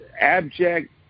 abject